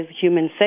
human